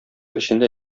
эчендә